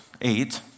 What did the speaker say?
eight